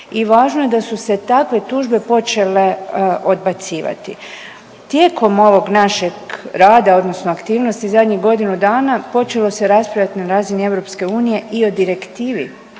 I važno je da su se takve tužbe počele odbacivati. Tijekom ovog našeg rada odnosno aktivnosti zadnjih godinu dana počelo se raspravljati na razini EU i o direktivi